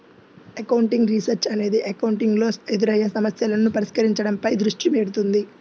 accounting research అనేది accounting లో ఎదురయ్యే సమస్యలను పరిష్కరించడంపై దృష్టి పెడుతుంది